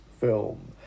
film